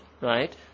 right